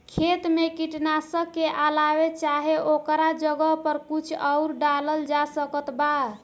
खेत मे कीटनाशक के अलावे चाहे ओकरा जगह पर कुछ आउर डालल जा सकत बा?